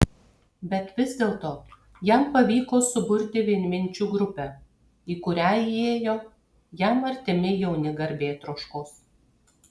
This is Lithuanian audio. bet vis dėlto jam pavyko suburti vienminčių grupę į kurią įėjo jam artimi jauni garbėtroškos